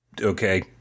Okay